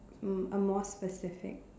um a more specific